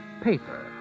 paper